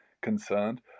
concerned